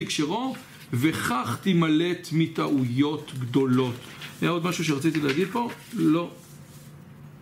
הקשרו, וכך תימלט מטעויות גדולות, היה עוד משהו שרציתי להגיד פה? לא